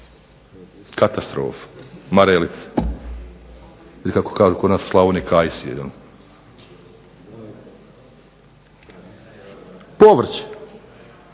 Katastrofa, marelice ili kako kažu kod nas u Slavoniji kajsije. Povrće,